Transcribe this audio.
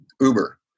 Uber